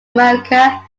america